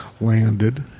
landed